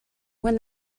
when